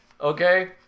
Okay